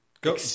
Go